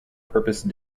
purpose